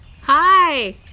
Hi